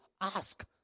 Ask